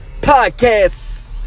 Podcast